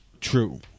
True